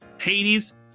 Hades